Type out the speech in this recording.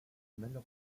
menlo